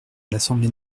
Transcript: l’assemblée